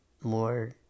more